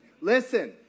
Listen